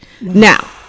Now